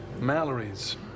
Mallory's